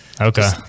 Okay